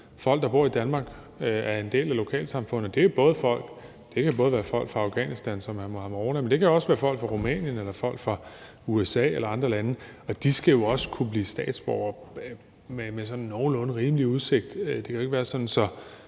folk, der bor i Danmark og er en del af lokalsamfundet. Det kan både være folk fra Afghanistan som hr. Mohammad Rona, men det kan også være folk fra Rumænien eller folk fra USA eller andre lande, og de skal jo også kunne blive statsborgere med sådan nogenlunde rimelig udsigt. Det kan jo ikke være sådan,